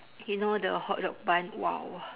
you know the hotdog bun !wow!